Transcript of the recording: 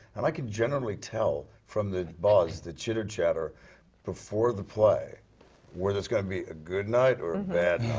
and i can generally tell from the buzz, the chitter chatter before the play whether it's going to be a good night or a bad